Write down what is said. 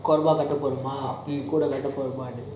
கொற்றவை காட்டப்போறோமா கூட கட்டபொறாமைடு:korava kaataporoma kuda kataporamatu